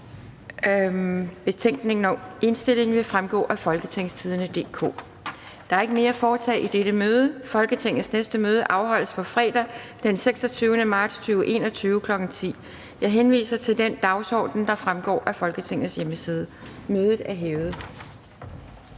Betænkningen og indstillingen vil fremgå af www.folketingstidende.dk. Der er ikke mere at foretage i dette møde. Folketingets næste møde afholdes på fredag den 26. marts 2021, kl. 10.00. Jeg henviser til den dagsorden, der fremgår af Folketingets hjemmeside. Mødet er hævet.